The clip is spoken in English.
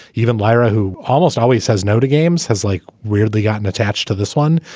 even lyra, who almost always says no to games, has like weirdly gotten attached to this one.